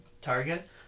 target